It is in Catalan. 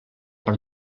per